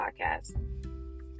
podcast